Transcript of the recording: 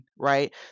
right